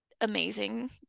amazing